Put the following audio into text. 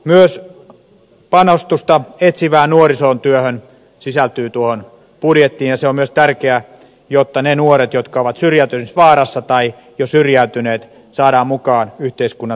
myös panostusta etsivään nuorisotyöhön sisältyy tuohon budjettiin ja se on myös tärkeä jotta ne nuoret jotka ovat syrjäytymisvaarassa tai jo syrjäytyneet saadaan mukaan yhteiskunnan tukitoimien piiriin